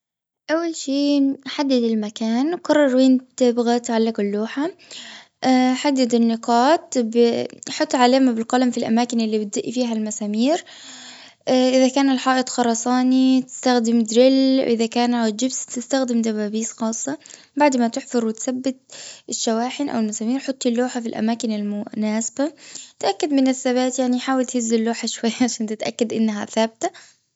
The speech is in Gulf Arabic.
أول شيء نحدد المكان وقرروا وين تبغوا تعلقوا اللوحة. اه حدد النقاط تحط علامة بالقلم في الأماكن اللي بتدقي بها المسامير. اه إذا كان الحائط خرساني بتستخدم دريل وإذا كان الجبس تستخدم دبابيس خاصة. بعد ما تحفر وتثبت شواحن أو حطي اللوحة في الأماكن المناسبة. تأكد من الثبات يعني حاول تهز اللوحة شوي عشان تتأكد أنها ثابتة.